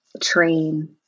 train